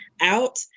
out